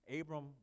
Abram